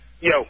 Yo